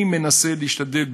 אני מנסה להשתדל,